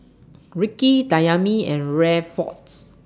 Ricki Dayami and Rayford's